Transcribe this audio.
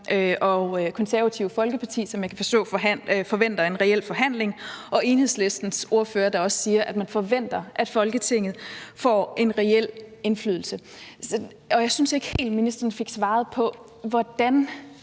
Det Konservative Folkeparti, kan jeg forstå, forventer en reel forhandling, og Enhedslistens ordfører siger, at man forventer, at Folketinget får en reel indflydelse. Jeg synes ikke helt, at ministeren fik svaret på, hvordan